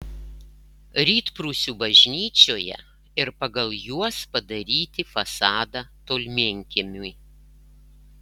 rytprūsių bažnyčioje ir pagal juos padaryti fasadą tolminkiemiui